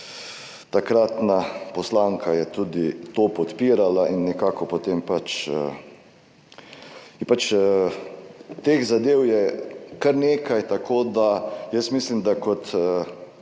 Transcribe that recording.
takratna poslanka je tudi to podpirala in nekako potem pač je pač teh zadev je kar nekaj tako da 18. TRAK: (SB)